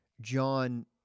John